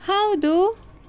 ಹೌದು